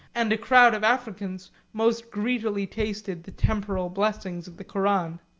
and a crowd of africans most greedily tasted the temporal blessings of the koran.